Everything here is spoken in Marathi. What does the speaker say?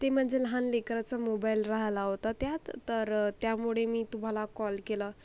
ते माझ्या लहान लेकराचा मोबाईल राहला होता त्यात तर त्यामुळे मी तुम्हाला कॉल केला